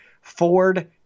Ford